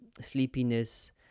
sleepiness